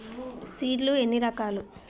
Seed లు ఎన్ని రకాలు?